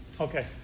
Okay